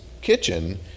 kitchen